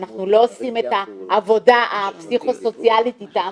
אנחנו לא עושים את העבודה הפסיכוסוציאלית איתם,